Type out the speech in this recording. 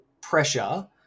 pressure